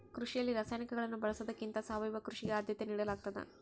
ಕೃಷಿಯಲ್ಲಿ ರಾಸಾಯನಿಕಗಳನ್ನು ಬಳಸೊದಕ್ಕಿಂತ ಸಾವಯವ ಕೃಷಿಗೆ ಆದ್ಯತೆ ನೇಡಲಾಗ್ತದ